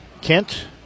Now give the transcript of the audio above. Kent